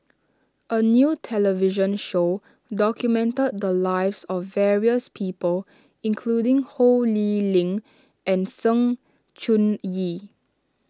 a new television show documented the lives of various people including Ho Lee Ling and Sng Choon Yee